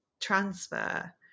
transfer